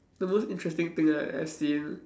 the most interesting thing that I've seen